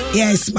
yes